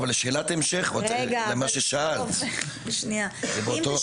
ושאלת המשך, אם יש